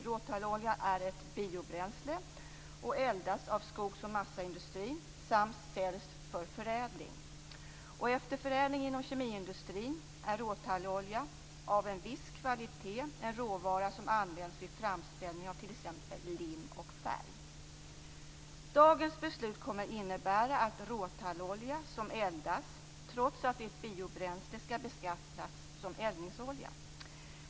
Råtallolja är ett biobränsle som eldas av skogs och massaindustrin samt säljs för förädling. Efter förädling inom kemiindustrin är råtallolja av en viss kvalitet en råvara som används vid framställning av t.ex. lim och färg. Dagens beslut kommer att innebära att råtallolja som eldas skall beskattas som eldningsolja trots att det är ett biobränsle.